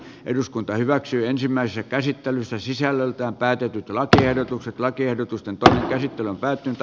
eduskunta hyväksyi ensimmäisessä käsittelyssä sisällöltään täytyy tulla tiedotukset lakiehdotusten tähtäin on päättynyt